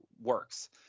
works